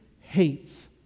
hates